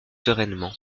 sereinement